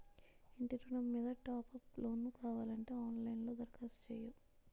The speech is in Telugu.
ఇంటి ఋణం మీద టాప్ అప్ లోను కావాలంటే ఆన్ లైన్ లో దరఖాస్తు చెయ్యు